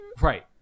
Right